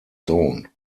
sohn